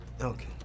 Okay